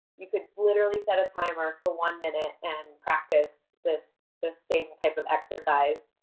you can literally set a timer for one minute and practice this this safe type of exercise.